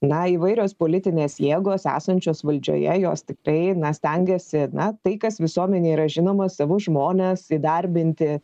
na įvairios politinės jėgos esančios valdžioje jos tikrai na stengiasi na tai kas visuomenei yra žinoma savo žmones įdarbinti